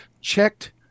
checked